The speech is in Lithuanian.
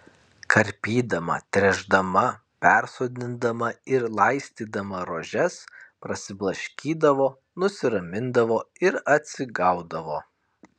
karpydama tręšdama persodindama ir laistydama rožes prasiblaškydavo nusiramindavo ir atsigaudavo